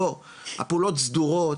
לא הפעולות סדורות,